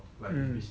mm